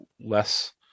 less